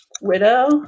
Widow